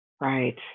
right